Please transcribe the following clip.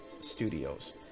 Studios